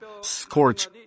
scorch